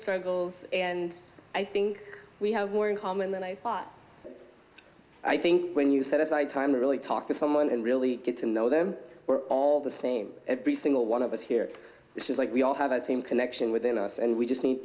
struggles and i think we have more in common than i thought i think when you set aside time to really talk to someone and really get to know them we're all the same every single one of us here just like we all have that same connection within us and we just need